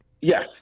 Yes